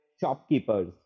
shopkeepers